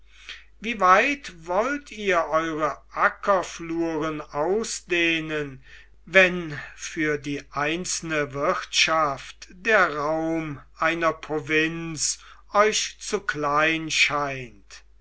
wie weit wollt ihr eure ackerfluren ausdehnen wenn für die einzelne wirtschaft der raum einer provinz euch zu klein scheint